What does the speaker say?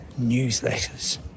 newsletters